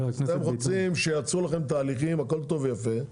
אתם רוצים שיעצרו לכם תהליכים, הכול טוב ויפה,